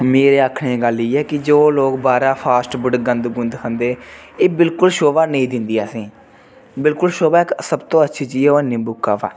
मेरे आखने दी गल्ल इ'यै कि जो लोग बाह्रा फ़ास्ट फ़ूड गंद गुंद खंदे एह् बिलकुल शोभा नेईं दिन्दी असेंगी बिलकुल शोभा इक सबतु अच्छी चीज़ ऐ ओह् ऐ नींबू काह्वा